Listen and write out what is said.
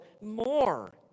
more